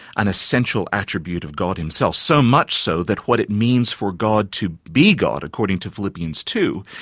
an essential attribute of god himself. so much so that what it means for god to be god, according to philippians two,